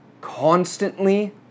Constantly